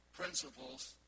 principles